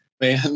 man